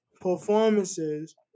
performances